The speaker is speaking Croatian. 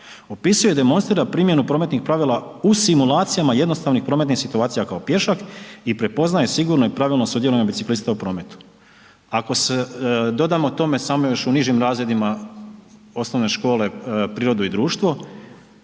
opisuje i demonstrira primjenu prometnih pravila u simulacijama jednostavnih prometnih situacija kao pješak i prepoznaje sigurno i pravilno sudjelovanje biciklista u prometu. Ako dodamo tome samo još u nižim razredima osnovne škole prirodu i društvo,